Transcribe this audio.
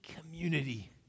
community